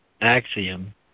axiom